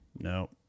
No